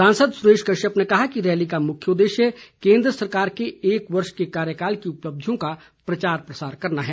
सांसद सुरेश कश्यप ने कहा कि रैली का मुख्य उद्देश्य केन्द्र सरकार के एक वर्ष के कार्यकाल की उपलब्धियों का प्रचार प्रसार करना है